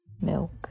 Milk